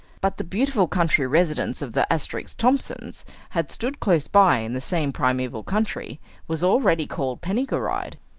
but the beautiful country residence of the asterisk-thomsons had stood close by in the same primeval country was already called penny-gw-rydd,